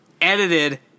edited